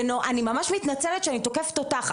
ואני ממש מתנצלת שאני תוקפת אותך,